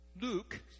Luke